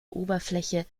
oberfläche